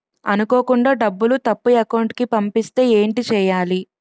అనుకోకుండా డబ్బులు తప్పు అకౌంట్ కి పంపిస్తే ఏంటి చెయ్యాలి?